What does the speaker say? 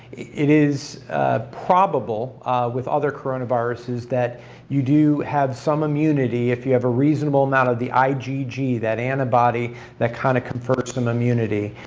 it is probable with other coronaviruses that you do have some immunity if you have a reasonable amount of the igg that antibody that kind of confers them immunity,